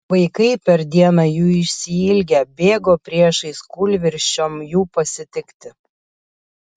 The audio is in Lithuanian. vaikai per dieną jų išsiilgę bėgo priešais kūlvirsčiom jų pasitikti